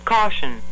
Caution